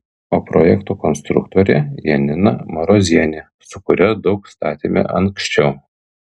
o projekto konstruktorė janina marozienė su kuria daug statėme anksčiau